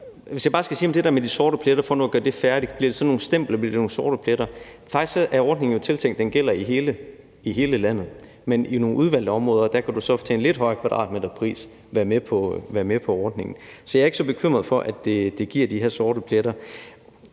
Hvis jeg bare skal sige noget om det der med de sorte pletter – for nu at gøre det færdigt – altså om der bliver nogle sorte pletter, om der bliver sådan nogle stempler, kan jeg sige, at ordningen jo faktisk er tiltænkt, at den gælder i hele landet, men at du så i nogle udvalgte områder til en lidt højere kvadratmeterpris kan være med på ordningen. Så jeg er ikke så bekymret for, at det giver de her sorte pletter.